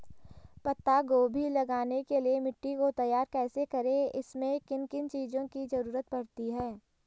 पत्ता गोभी लगाने के लिए मिट्टी को तैयार कैसे करें इसमें किन किन चीज़ों की जरूरत पड़ती है?